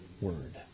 word